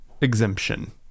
exemption